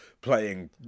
playing